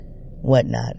whatnot